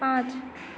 पाँच